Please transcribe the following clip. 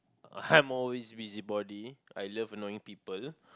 I'm always busybody I love annoying people